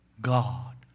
God